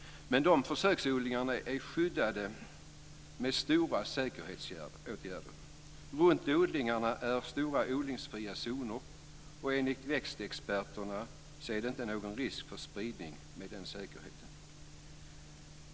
Men dessa är skyddade med stora säkerhetsåtgärder. Runt odlingarna finns stora odlingsfria zoner, och enligt växtexperterna är det med den säkerheten inte någon risk för spridning.